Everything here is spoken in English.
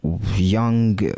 Young